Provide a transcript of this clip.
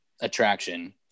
attraction